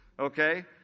okay